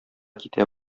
китә